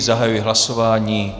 Zahajuji hlasování.